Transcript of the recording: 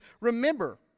remember